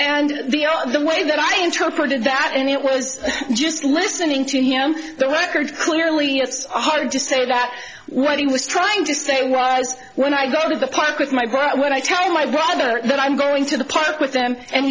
and the all the way that i interpreted that and it was just listening to him the record clearly it's hard to say that what he was trying to say was when i go to the park with my brother when i tell my brother that i'm going to the park with them and